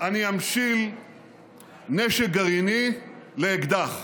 אני אמשיל נשק גרעיני לאקדח.